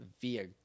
via